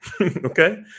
Okay